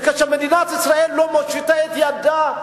וכאשר מדינת ישראל לא מושיטה את ידה,